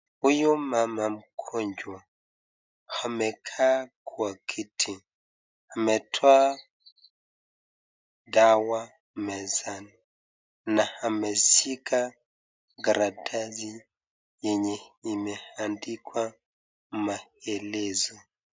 Huyu mama mgonjwa amekaa kwa kiti, ametoa dawa mezani, na ameshika karatasi yenye imeandikwa maelezo.